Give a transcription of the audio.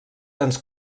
ens